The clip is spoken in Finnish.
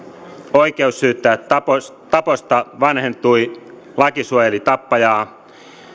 oikeus syyttää taposta taposta vanhentui laki suojeli tappajaa